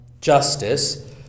justice